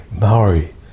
Maori